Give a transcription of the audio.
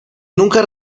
nunca